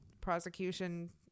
prosecution